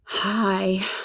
Hi